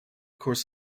course